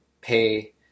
pay